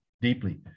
deeply